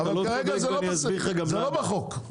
זה לא בחוק.